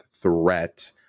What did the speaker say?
threat